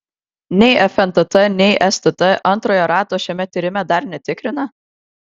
nei fntt nei stt antrojo rato šiame tyrime dar netikrina